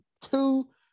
two